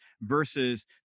versus